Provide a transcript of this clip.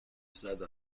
زده